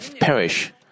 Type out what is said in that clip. perish